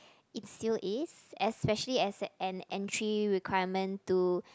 it still is especially as an entry requirement to